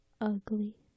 Ugly